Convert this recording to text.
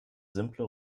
simple